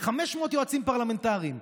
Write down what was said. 500 יועצים פרלמנטריים,